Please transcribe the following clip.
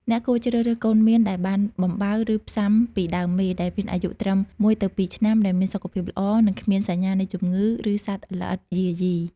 អ្នកគួរជ្រើសរើសកូនមៀនដែលបានបំបៅ ឬផ្សាំពីដើមមេដែលមានអាយុត្រឹម ១ ទៅ ២ ឆ្នាំ ដែលមានសុខភាពល្អ និងគ្មានសញ្ញានៃជំងឺ ឬសត្វល្អិតយាយី។